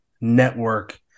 network